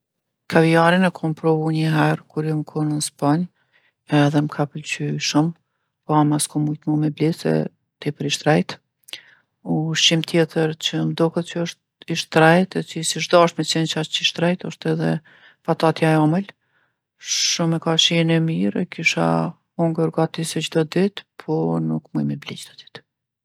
Kavijarin e kom provu niher kur jom kon n'Spanjë edhe m'ka pëlqy shumë, po ama skom mujt mo me ble se tepër i shtrejtë. Ushqim tjetër që m'doket që osht i shtrejtë e që sish dashtë me qenë qaq i shtrejtë osht edhe patatja e omël. Shumë e ka shijën e mirë, e kisha hongër gati se çdo ditë, po nuk muj me ble çdo ditë.